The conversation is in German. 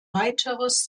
weiteres